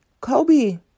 Kobe